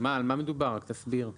פסקה (1)